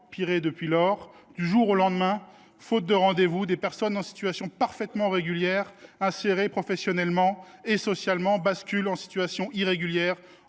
empiré depuis lors : du jour au lendemain, faute de rendez vous, des personnes en situation parfaitement régulière, insérées professionnellement et socialement, basculent, entre deux titres,